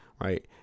Right